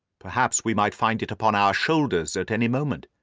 perhaps we might find it upon our shoulders at any moment.